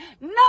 no